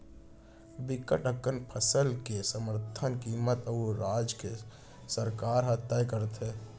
बिकट अकन फसल के समरथन कीमत ओ राज के सरकार ह तय करथे